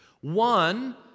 One